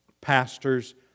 pastors